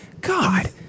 God